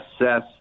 assess